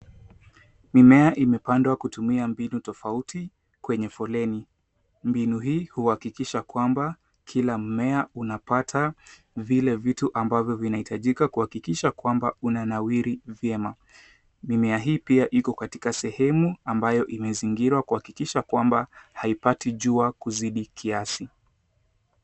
Mimea imepandwa kutumia mbinu tofauti kwenye foleni. Mbinu hii huhakikisha kwamba kila mmea unapata vile vitu ambavyo vinahitajika kuhakikisha kwamba unanawiri vyema. Mimea hii pia iko katika sehemu ambayo imezingirwa kuhakikisha haipati jua kuzidi kiasi.